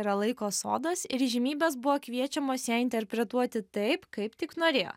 yra laiko sodas ir įžymybės buvo kviečiamos ją interpretuoti taip kaip tik norėjo